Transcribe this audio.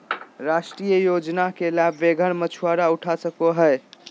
राष्ट्रीय योजना के लाभ बेघर मछुवारा उठा सकले हें